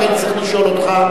רק אני צריך לשאול אותך,